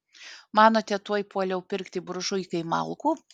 manote tuoj puoliau pirkti buržuikai malkų